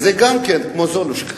זה, גם כן, כמו זולושקה.